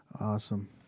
Awesome